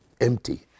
empty